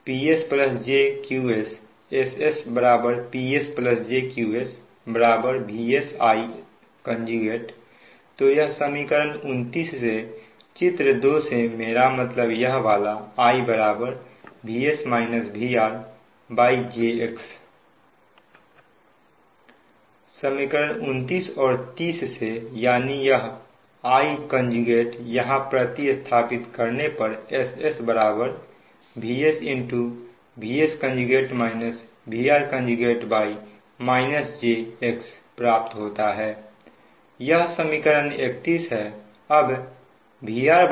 PS j QS SS PS j QS VS I तो यह समीकरण 29 से चित्र 2 से मेरा मतलब यह वाला I VS VRjx समीकरण 29 और 30 से यानी यह I यहां प्रति स्थापित करने पर SS VSVS VR jx प्राप्त होता है यह समीकरण 31 है